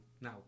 now